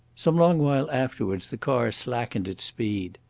some long while afterwards the car slackened its speed.